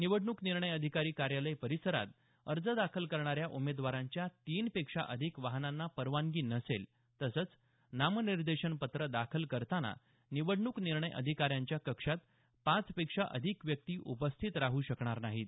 निवडणूक निर्णय अधिकारी कार्यालय परिसरात अर्ज दाखल करणाऱ्या उमेदवारांच्या तीन पेक्षा अधिक वाहनांना परवानगी नसेल तसंच नामनिर्देशनपत्रं दाखल करताना निवडणूक निर्णय अधिकाऱ्यांच्या कक्षात पाचपेक्षा अधिक व्यक्ती उपस्थित राहू शकणार नाहीत